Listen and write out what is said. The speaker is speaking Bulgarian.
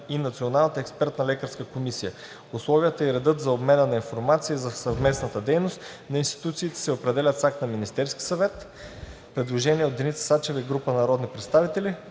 и Националната експертна лекарска комисия. Условията и редът за обмена на информация и за съвместната дейност на институциите се определят с акт на Министерския съвет.“ Предложение от Деница Сачева и група народни представители.